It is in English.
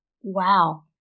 Wow